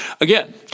Again